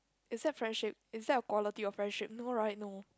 is that friendship is that of quality of friendship no right no